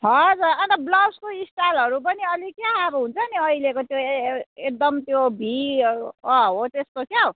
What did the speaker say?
हजुर अन्त ब्लाउजको स्टालइहरू पनि अलिक अब क्या हुन्छ नि अहिलेको एकदम त्यो भीहरू हो त्यस्तो क्याउ